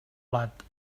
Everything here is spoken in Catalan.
blat